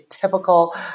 typical